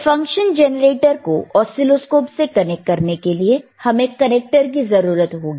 तो function generator को oscilloscope से कनेक्ट करने के लिए हमें कनेक्टर की जरूरत होगी